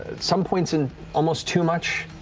some points and almost too much,